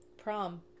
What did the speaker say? prom